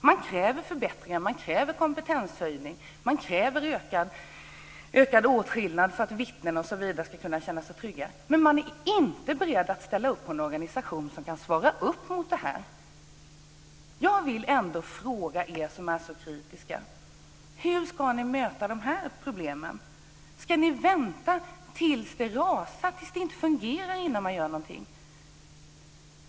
Man kräver förbättringar, man kräver kompetenshöjning, man kräver ökad åtskillnad för att vittnena ska kunna känna sig trygga, men man är inte beredd att ställa upp på en organisation som kan svara upp mot detta. Jag vill ändå fråga er som är så kritiska: Hur ska ni möta de här problemen? Ska ni vänta tills det rasar, tills det inte fungerar, innan man gör någonting?